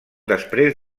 després